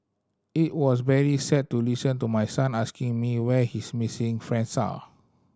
it was very sad to listen to my son asking me where his missing friends are